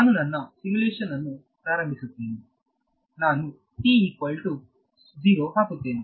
ನಾನು ನನ್ನ ಸಿಮ್ಯುಲೇಶನ್ ಅನ್ನು ಪ್ರಾರಂಭಿಸುತ್ತೇನೆ ನಾನು ಹಾಕುತ್ತೇನೆ